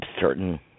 certain